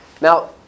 Now